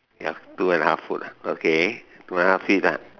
ya two and a half foot okay two and a half feet